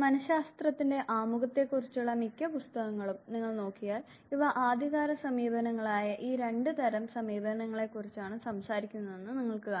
മനശാസ്ത്രത്തിന്റെ ആമുഖത്തെ കുറിച്ചുള്ള മിക്ക പുസ്തകങ്ങളും നിങ്ങൾ നോക്കിയാൽ ഇവ ആദ്യകാല സമീപനങ്ങളായ ഈ രണ്ട് തരം സമീപനങ്ങളെക്കുറിച്ചാണ് സംസാരിക്കുന്നതെന്ന് നിങ്ങൾക്ക് കാണാം